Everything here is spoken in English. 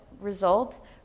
result